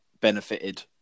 benefited